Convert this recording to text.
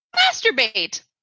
masturbate